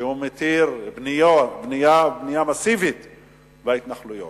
שהוא מתיר בנייה מסיבית בהתנחלויות.